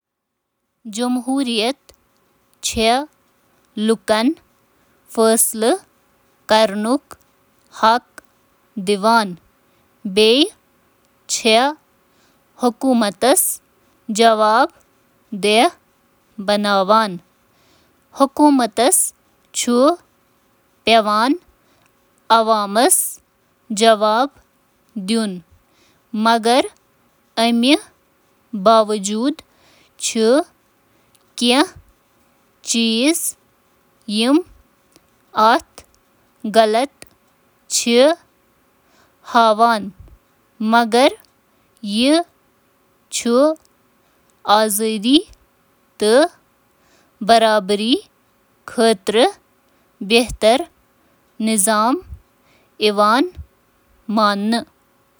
آ، جمہوریت چِھ حکومتچ بہترین شکل یہٕ دلیل چِھ دیوان کہ امچ کلیدی خصوصیات- کشادگی ، احتساب ، شفافیت، میڈیاہچ آزٲدی، جوابدہی - چِھ دراصل ملکچ مجموعی فلاح و بہبود بہتر بناوان۔